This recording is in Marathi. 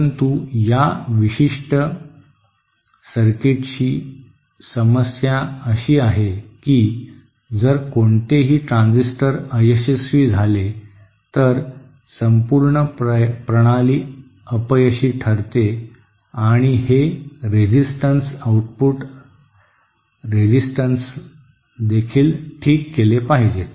परंतु या विशिष्ट सर्किटची समस्या अशी आहे की जर कोणतेही ट्रान्झिस्टर अयशस्वी झाले तर संपूर्ण प्रणाली अपयशी ठरते आणि हे रेझिस्टन्स आउटपुट रेझिस्टन्सदेखील ठीक केले पाहिजेत